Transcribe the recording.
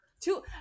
two